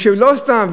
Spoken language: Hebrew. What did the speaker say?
ולא סתם,